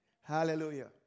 Hallelujah